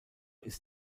ist